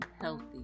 healthy